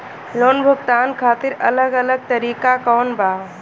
Loan भुगतान खातिर अलग अलग तरीका कौन बा?